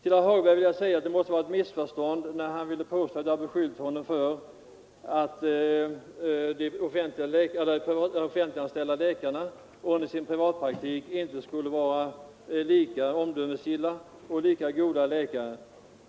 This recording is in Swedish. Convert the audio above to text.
Det måste bero på ett missförstånd när herr Hagberg i Borlänge påstår att jag har beskyllt honom för att anse att de offentliganställda läkarna under sin privatpraktik inte skulle vara lika omdömesgilla och lika goda läkare som annars.